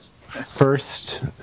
first